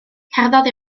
cerddodd